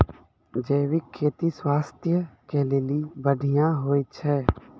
जैविक खेती स्वास्थ्य के लेली बढ़िया होय छै